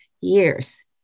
years